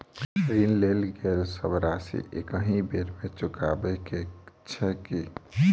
ऋण लेल गेल सब राशि एकहि बेर मे चुकाबऽ केँ छै की?